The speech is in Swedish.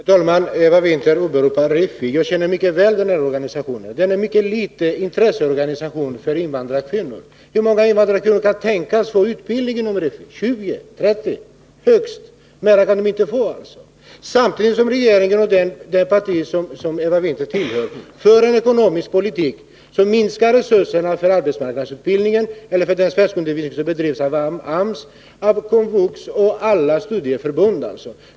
Herr talman! Eva Winther åberopar RIFI. Jag känner mycket väl till den organisationen. Den är av mycket litet intresse för invandrarkvinnor. Hur många är det som kan tänkas få utbildning inom RIFI? Det är 20 eller högst 30. Samtidigt för regeringen och det parti Eva Winther tillhör en ekonomisk politik som innebär att resurserna för arbetsmarknadsutbildningen eller för den svenskundervisning som bedrivs av AMS, KOMVUX och alla studieförbund minskas.